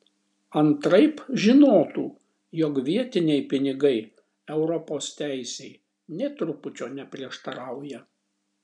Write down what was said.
antraip žinotų jog vietiniai pinigai europos teisei nė trupučio neprieštarauja